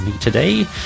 today